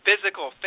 Physical